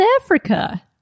Africa